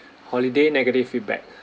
holiday negative feedback